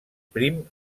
prim